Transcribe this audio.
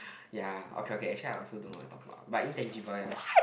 ya okay okay actually I also don't know what I talk about but intangible ya